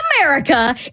america